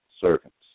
servants